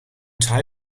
teil